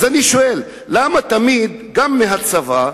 אז אני שואל: למה תמיד גם הצבא,